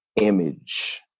image